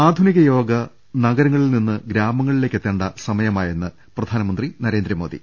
ആധുനികയോഗ നഗരങ്ങളിൽ നിന്ന് ഗ്രാമങ്ങളിലേക്ക് എത്തേണ്ട സമയമായെന്ന് പ്രധാനമന്ത്രി നരേന്ദ്രമോദി